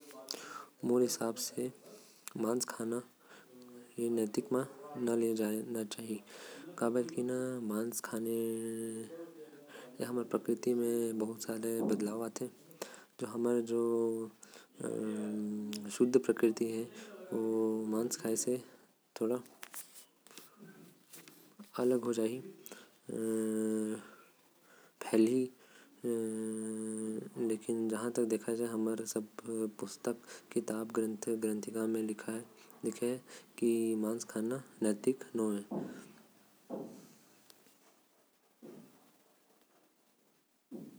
झिन है मांस खाना नैतिक नाही है। काबर की एकर से हमर प्रकृति अउ। पृवत्ति बदल जायल जो कि अच्छा बात नाही है। हमर किताब मन मे भी लिखिस है। कि मांस कोई ला भी नि खाना है।